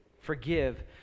Forgive